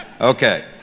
Okay